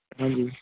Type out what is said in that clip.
ਹਾਂਜੀ